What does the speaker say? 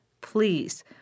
please